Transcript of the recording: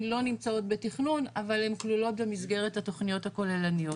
לא נמצאות בתכנון אבל הן כלולות במסגרת התכניות הכוללניות.